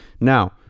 Now